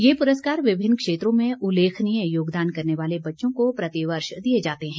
ये पुरस्कार विभिन्न क्षेत्रों में उल्लेखनीय योगदान करने वाले बच्चों को प्रतिवर्ष दिये जाते हैं